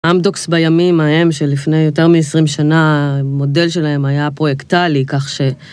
אמדוקס בימים ההם, של לפני יותר מ-20 שנה, המודל שלהם היה פרויקטלי, כך ש...